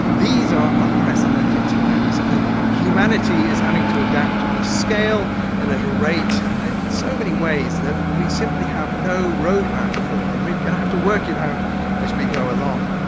these are unprecedented times, and humanity is having to adapt on a scale and at a rate and in so many ways that we simply have no roadmap for, and we have to work it out as we go along.